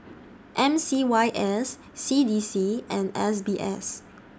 M C Y S C D C and S B S